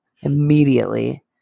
immediately